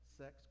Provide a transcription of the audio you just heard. sex